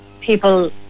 people